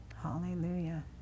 Hallelujah